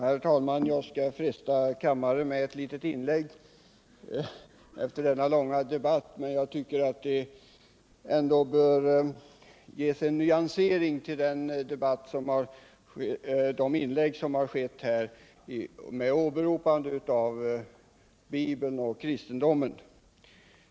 Herr talman! Jag skall efter denna långa debatt fresta kammarens ledamöter med ett litet inlägg, eftersom jag tycker att det bör ges en något mera nyanserad bild efter de anföranden som hållits med åberopande av bibeln och kristendomen.